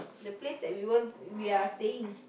the place we want that we are staying